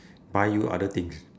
buy you other things